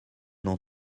n’en